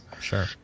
Sure